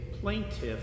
plaintiff